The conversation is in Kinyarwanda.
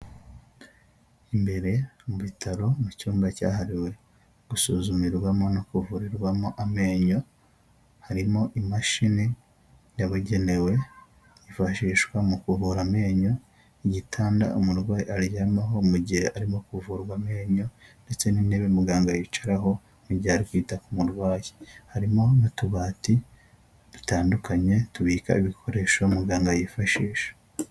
Imbere mu bitaro mu cyumba cyahariwe gusuzumirwamo no kuvurirwamo amenyo harimo imashini yabugenewe yifashishwa mu kuvura amenyo igitanda umurwayi aryamaho mu gihe arimo kuvurwa amenyo ndetse n'intebe muganga yicaraho mu gihe ari kwita ku murwayi harimo n'utubati dutandukanye tubika ibikoresho muganga yifashisha.